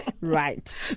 right